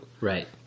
right